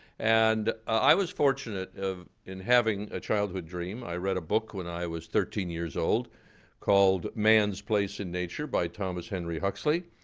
and i was fortunate in having a childhood dream. i read a book when i was thirteen years old called man's place in nature by thomas henry huxley,